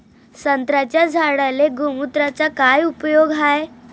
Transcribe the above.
संत्र्याच्या झाडांले गोमूत्राचा काय उपयोग हाये?